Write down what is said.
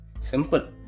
Simple